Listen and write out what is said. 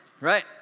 right